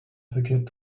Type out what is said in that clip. verkehrt